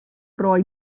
roi